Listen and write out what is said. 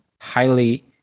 highly